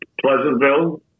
Pleasantville